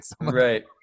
right